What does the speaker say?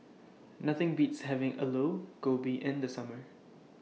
Nothing Beats having Aloo Gobi in The Summer